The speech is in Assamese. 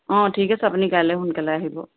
অ ঠিক আছে আপুনি কাইলৈ সোনকালে আহিব